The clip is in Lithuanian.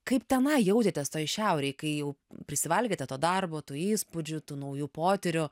kaip tenai jautėtės toj šiaurėj kai jau prisivalgėte to darbo tų įspūdžių tų naujų potyrių